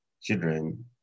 children